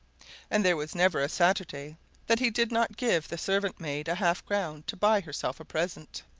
and there was never a saturday that he did not give the servant-maid a half-crown to buy herself a present.